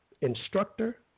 instructor